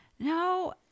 No